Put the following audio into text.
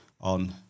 on